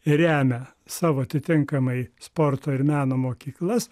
remia savo atitinkamai sporto ir meno mokyklas